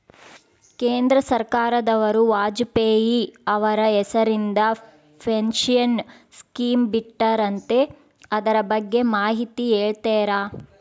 ಕೇಂದ್ರ ಸರ್ಕಾರದವರು ವಾಜಪೇಯಿ ಅವರ ಹೆಸರಿಂದ ಪೆನ್ಶನ್ ಸ್ಕೇಮ್ ಬಿಟ್ಟಾರಂತೆ ಅದರ ಬಗ್ಗೆ ಮಾಹಿತಿ ಹೇಳ್ತೇರಾ?